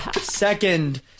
Second